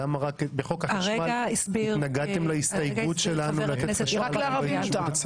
למה התנגדתם להסתייגות שלנו שם?